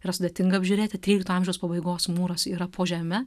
yra sudėtinga apžiūrėti trylikto amžiaus pabaigos mūras yra po žeme